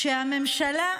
שהממשלה,